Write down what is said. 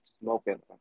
smoking